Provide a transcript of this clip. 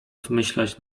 zmyślać